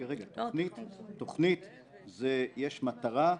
תכנית זה שיש מטרה,